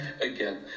again